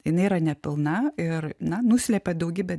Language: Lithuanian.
jinai yra nepilna ir na nuslepia daugybę